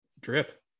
Drip